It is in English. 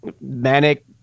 manic